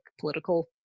political